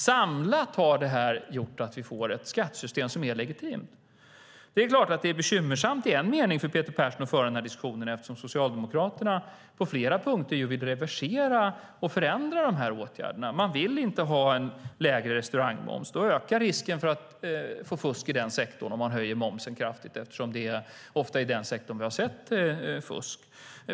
Sammantaget har det här gjort att vi fått ett skattesystem som är legitimt. Det är klart att det är bekymmersamt i en mening för Peter Persson att föra den här diskussionen, eftersom Socialdemokraterna på flera punkter vill reversera och förändra de här åtgärderna. Man vill inte ha en lägre restaurangmoms. Risken för att få fusk i den sektorn ökar om man höjer momsen kraftigt, eftersom det ofta är i den sektorn vi har sett fusk.